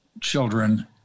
children